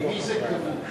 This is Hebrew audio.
ממי זה כבוש?